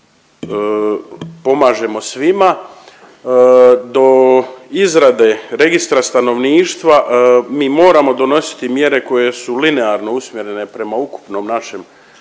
pomažemo svima. Do izrade Registra stanovništva mi moramo donositi mjere koje su linearno usmjerene prema ukupnom našem